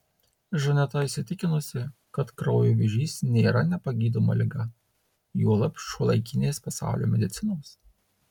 žaneta įsitikinusi kad kraujo vėžys nėra nepagydoma liga juolab šiuolaikinės pasaulio medicinos